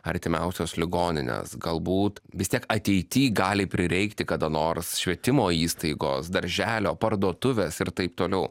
artimiausios ligoninės galbūt vis tiek ateity gali prireikti kada nors švietimo įstaigos darželio parduotuvės ir taip toliau